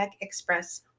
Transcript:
Express